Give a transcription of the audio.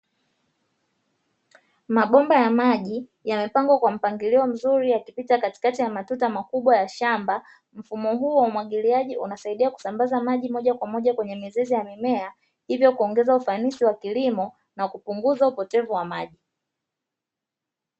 Mabomba ya maji yamepangwa kwa mpangilio mzuri yakipita katikati ya matuta makubwa ya shamba. Mfumo huu wa umwagiliaji unasaidia kusambaza maji moja kwa moja kwenye mizizi ya mimea, hivyo kuongeza ufanisi wa kilimo na kupunguza upotevu wa maji.